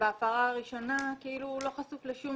שבהפרה הראשונה כאילו הוא לא חשוף לשום